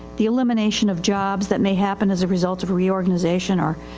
the elimination of jobs that may happen as a result of a reorganization or,